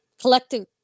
collective